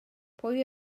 pwy